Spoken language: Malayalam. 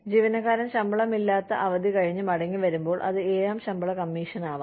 ജീവനക്കാരൻ ശമ്പളമില്ലാത്ത അവധി കഴിഞ്ഞ് മടങ്ങിവരുമ്പോൾ അത് ഏഴാം ശമ്പള കമ്മീഷനാവാം